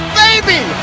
baby